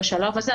בשלב הזה,